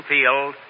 Field